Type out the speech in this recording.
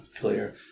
clear